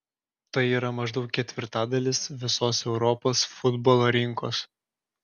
tai yra maždaug ketvirtadalis visos europos futbolo rinkos